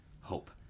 hope